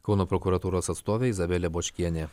kauno prokuratūros atstovė izabelė bočkienė